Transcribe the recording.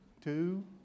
two